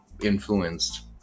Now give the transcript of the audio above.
influenced